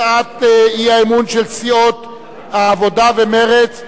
להצעת אי-אמון של סיעות העבודה ומרצ,